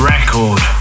Record